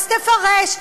אז תפרש,